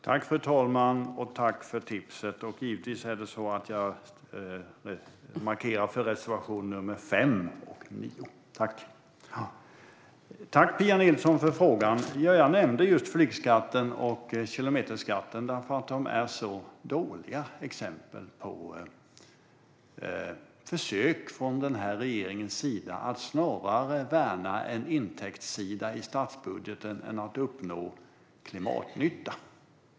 Fru talman! Tack, Pia Nilsson, för frågan! Jag nämnde just flygskatten och kilometerskatten, eftersom det är så dåliga exempel på försök från den här regeringens sida att snarare värna en intäktssida i statsbudgeten än att uppnå klimatnytta.